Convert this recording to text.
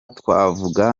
twavuga